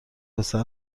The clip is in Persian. پسر